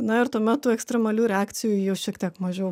na ir tuomet tų ekstremalių reakcijų jau šiek tiek mažiau